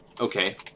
Okay